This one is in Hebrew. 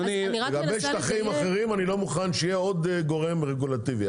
לגבי שטחים אחרים אני לא מוכן שיהיה עוד גורם רגולטיבי.